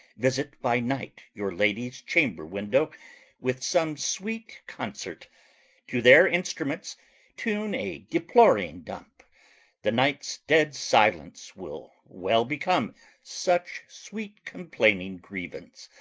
visit by night your lady's chamber window with some sweet consort to their instruments tune a deploring dump the night's dead silence will well become such sweet-complaining grievance.